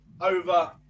over